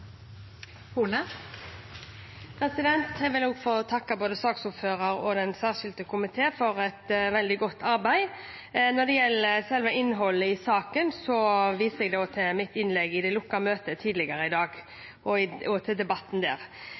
Jeg vil også få takke både saksordfører og den særskilte komité for et veldig godt arbeid. Når det gjelder selve innholdet i saken, viser jeg til mitt innlegg i det lukkede møtet tidligere i dag og til debatten der. Jeg vil likevel få anerkjenne EOS-utvalgets grundige arbeid i denne saken og gi støtte til